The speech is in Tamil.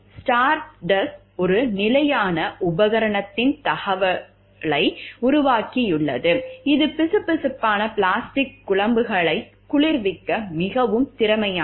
ஸ்டார்டஸ்ட் ஒரு நிலையான உபகரணத்தின் தழுவலை உருவாக்கியுள்ளது இது பிசுபிசுப்பான பிளாஸ்டிக் குழம்புகளை குளிர்விக்க மிகவும் திறமையானது